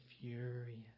furious